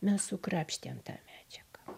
mes sukrapštėm tą medžiagą